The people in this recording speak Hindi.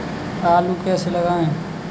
आलू कैसे लगाएँ?